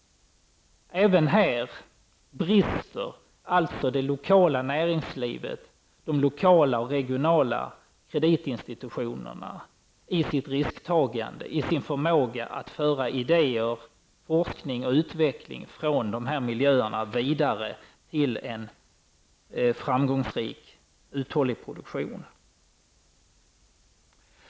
Även här brister alltså det lokala näringslivet, de lokala och regionala kreditinstitutionerna, när det gäller risktagande och förmåga att föra idéer om forskning och utveckling vidare från dessa miljöer till en framgångsrik, uthållig produktion.